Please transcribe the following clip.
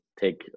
take